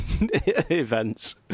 events